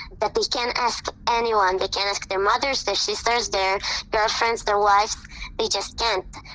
that they can't ask anyone. they can't ask their mothers, their sisters, their girlfriends, their wives they just can't.